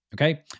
okay